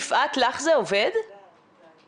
יש הרבה מאוד